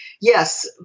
yes